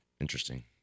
Interesting